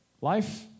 Life